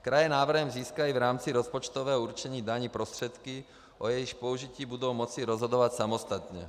Kraje návrhem získají v rámci rozpočtového určení daní prostředky, o jejichž použití budou moci rozhodovat samostatně.